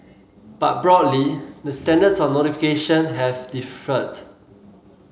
but broadly the standards on notification have differed